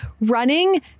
running